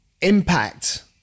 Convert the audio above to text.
impact